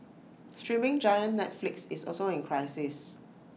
streaming giant Netflix is also in crisis